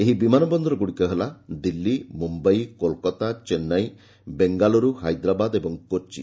ଏହି ବିମାନ ବନ୍ଦରଗୁଡ଼ିକ ହେଲା ଦିଲ୍ଲୀ ମୁମ୍ୟାଇ କୋଲ୍କାତା ଚେନ୍ନାଇ ବେଙ୍ଗାଲୁରୁ ହାଇଦ୍ରାବାଦ ଓ କୋଚି